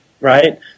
right